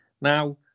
Now